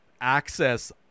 access